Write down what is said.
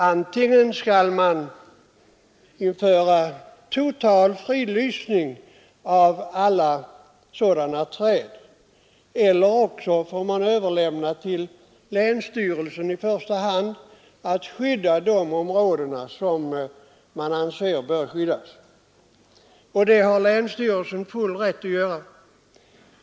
Antingen kan man införa total fridlysning av alla sådana träd eller också får man överlämna åt i första hand länsstyrelserna att skydda de områden som man anser bör skyddas. Det har länsstyrelserna full rätt att göra.